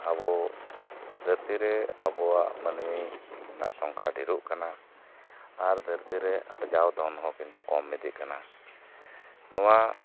ᱟᱵᱩ ᱫᱷᱟᱹᱨᱛᱤ ᱨᱮ ᱟᱵᱩᱣᱟᱜ ᱢᱟᱹᱱᱢᱤ ᱨᱮᱱᱟᱜ ᱥᱚᱝᱠᱷᱟ ᱰᱷᱤᱨᱩᱜ ᱠᱟᱱᱟ ᱟᱨ ᱫᱷᱟᱹᱨᱛᱤ ᱨᱮ ᱟᱨᱡᱟᱣ ᱫᱷᱚᱱ ᱦᱚᱸ ᱠᱤᱱᱛᱩ ᱠᱚᱢ ᱤᱫᱤᱜ ᱠᱟᱱᱟ ᱱᱚᱣᱟ